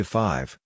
five